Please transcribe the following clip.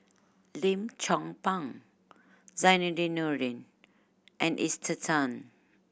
Lim Chong Pang Zainudin Nordin and Esther Tan